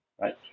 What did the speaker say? right